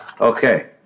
Okay